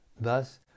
Thus